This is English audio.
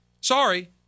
Sorry